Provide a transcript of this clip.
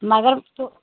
مگر تہٕ